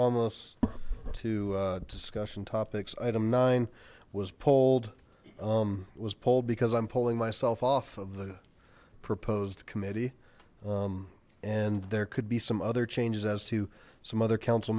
almost to discussion topics item nine was pulled it was pulled because i'm pulling myself off of the proposed committee and there could be some other changes as to some other council